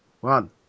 one